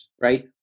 right